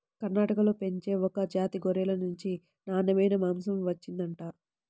కర్ణాటకలో పెంచే ఒక జాతి గొర్రెల నుంచి నాన్నెమైన మాంసం వచ్చిండంట